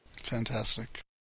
fantastic